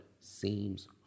seems